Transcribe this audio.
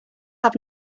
have